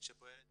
שפועלת